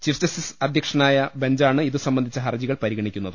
chief justice അധ്യക്ഷനായ ബെഞ്ചാണ് ഇതുസംബന്ധിച്ച ഹർജികൾ പരിഗണിക്കുന്നത്